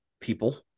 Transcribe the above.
people